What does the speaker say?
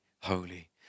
holy